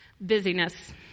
Busyness